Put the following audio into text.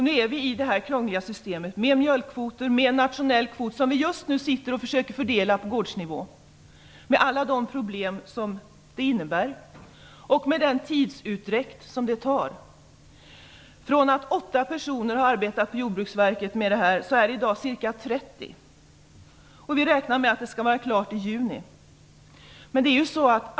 Nu är vi i detta krångliga system med mjölkkvoter och med nationell kvot som vi just nu försöker fördela på gårdsnivå, med alla de problem och den tidsutdräkt det innebär. Åtta personer jobbade med dessa frågor på Jordbruksverket tidigare, och i dag är de ca 30. Vi räknar med att det skall vara klart i juni.